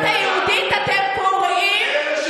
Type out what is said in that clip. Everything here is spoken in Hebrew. רבותיי.